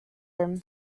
him